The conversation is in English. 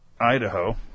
Idaho